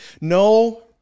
No